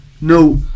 No